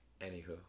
Anywho